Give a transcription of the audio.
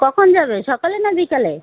কখন যাবে সকালে না বিকালে